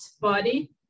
body